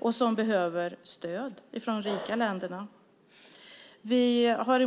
och som behöver stöd från de rika länderna måste förstärkas.